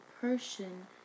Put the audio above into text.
person